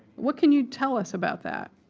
what can you tell us about that?